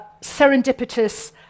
serendipitous